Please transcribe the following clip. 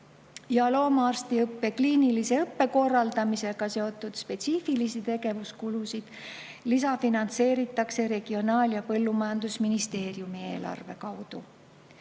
Ja loomaarstiõppe kliinilise õppe korraldamisega seotud spetsiifilisi tegevuskulusid lisafinantseeritakse Regionaal‑ ja Põllumajandusministeeriumi eelarve kaudu.